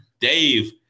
Dave